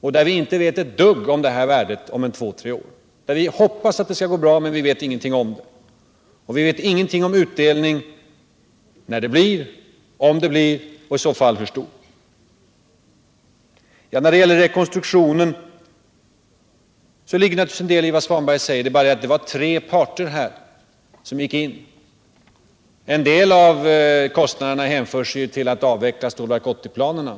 Vi vet inte ett dugg om värdet av dem om två tre år. Vi hoppas att det skall gå bra, men vi vet ingenting om det. Och vi vet ingenting om någon utdelning — när det blir någon, om det blir någon och i så fall hur stor. När det gäller rekonstruktionen ligger det naturligtvis en del i vad herr Svanberg säger. Det är bara det att det var tre parter som gick in. En del av kostnaderna hänför sig ju till avvecklingen av Stålverk 80-planerna.